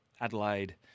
Adelaide